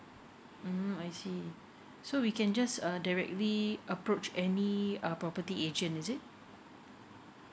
mm I see so we can just uh directly approach any uh property agent is it